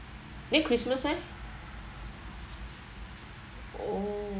then christmas leh oh